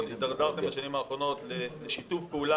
הידרדרתם בשנים האחרונות לשיתוף פעולה